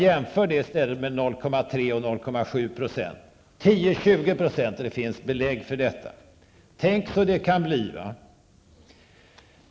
Jämför 0,3 eller 0,7 % med 10--20 procent, som det finns belägg för! Tänk, så det kan bli, vad!